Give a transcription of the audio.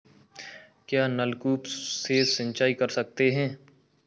क्या नलकूप से सिंचाई कर सकते हैं?